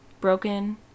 broken